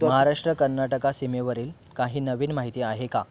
महाराष्ट्र कर्नाटक सीमेवरील काही नवीन माहिती आहे का